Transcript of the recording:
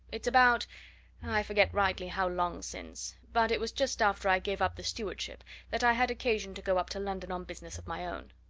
it's about i forget rightly how long since, but it was just after i gave up the stewardship that i had occasion to go up to london on business of my own.